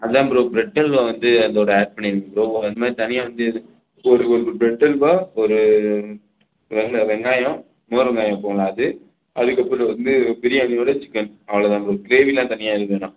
அதுதான் bro bread halwa வந்து அதோடு ஆட் பண்ணியிருங்க ப்ரோ அது மாதிரி தனியாக வந்து இது ஒரு ஒரு ப்ரெட் அல்வா ஒரு வெங்க வெங்காயம் மோர் வெங்காயம் வைப்போம்ல அது அதுக்கப்புறம் வந்து பிரியாணியோடய சிக்கன் அவ்வளோ தான் ப்ரோ க்ரேவியெலாம் தனியாக எதுவும் வேணாம்